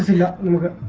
locked in